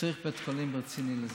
צריך בית חולים רציני לזה.